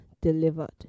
delivered